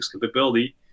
capability